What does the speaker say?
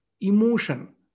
Emotion